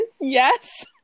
Yes